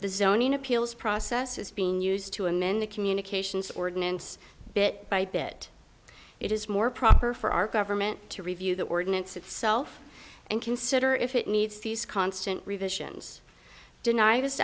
the zoning appeals process is being used to amend a communications ordinance bit by bit it is more proper for our government to review the ordinance itself and consider if it needs constant revisions den